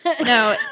No